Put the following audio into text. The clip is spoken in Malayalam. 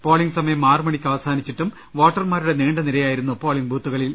പോളിംഗ് സമയം ആറു മണിക്ക് അവസാനിച്ചിട്ടും വോട്ടർമാരുടെ നീണ്ട നിരയാ യിരുന്നു പോളിംഗ് ബൂത്തുകളിൽ